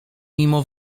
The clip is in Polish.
mimo